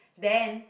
then